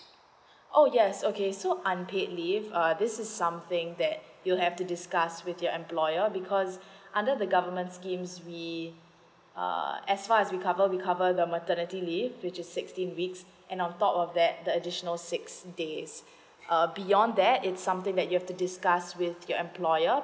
oh yes okay so unpaid leave err this is something that you have to discuss with your employer because under the government schemes we uh as far as we cover we cover the maternity leave which is sixteen weeks and on top of that the additional six days uh beyond that is something that you have to discuss with your employer